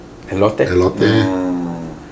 elote